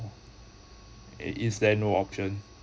is there no option